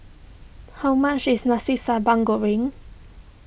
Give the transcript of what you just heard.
how much is Nasi Sambal Goreng